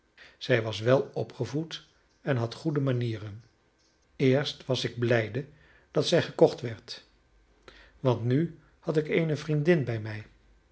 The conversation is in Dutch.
zij was welopgevoed en had goede manieren eerst was ik blijde dat zij gekocht werd want nu had ik eene vriendin bij mij